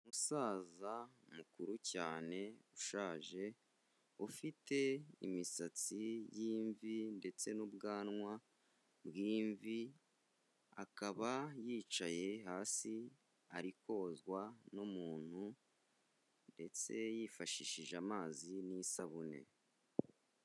Umusaza mukuru cyane ushaje, ufite imisatsi y'imvi ndetse n'ubwanwa bw'imvi, akaba yicaye hasi ari kozwa n'umuntu ndetse yifashishije amazi n'isabune.